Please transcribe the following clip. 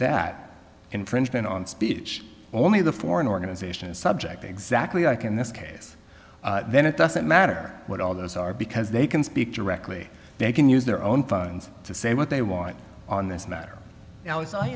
that infringement on speech only the foreign organization is subject exactly like in this case then it doesn't matter what all those are because they can speak directly they can use their own phones to say what they want on this matter